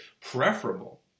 preferable